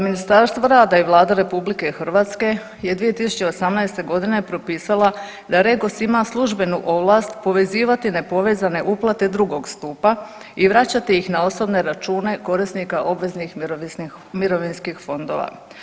Ministarstvo rada i Vlada RH je 2018.g. propisala da Regos ima službenu ovlast povezivati nepovezane uplate drugog stupa i vraćati ih na osobne račune korisnika obveznih mirovinskih fondova.